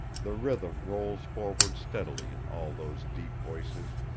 the rhythm rolls forward steadily in all those deep voices